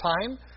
time